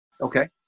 Okay